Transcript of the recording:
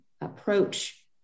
approach